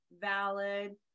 valid